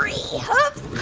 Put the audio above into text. hoofs.